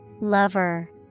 Lover